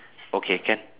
okay can